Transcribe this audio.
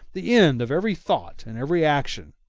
the end of every thought and every action,